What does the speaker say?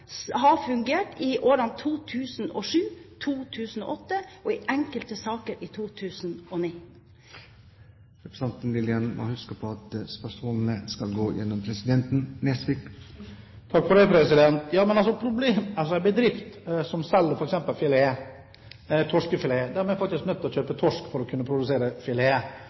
har fungert i årene 2007, 2008 og i enkelte saker i 2009. Representanten må huske på at all tale skal rettes til presidenten. En bedrift som selger f.eks. torskefilet, er faktisk nødt til å kjøpe torsk for å kunne produsere filet. Hvis du ikke kjøper den, må du legge ned bedriften din. Så enkelt er